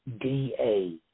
D-A